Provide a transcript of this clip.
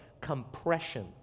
compression